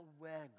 awareness